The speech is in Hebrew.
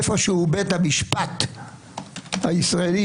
איפשהו בית המשפט הישראלי,